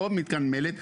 לא מתקן מלט,